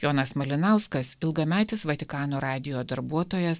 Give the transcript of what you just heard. jonas malinauskas ilgametis vatikano radijo darbuotojas